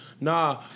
Nah